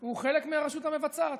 הוא חלק מהרשות המבצעת,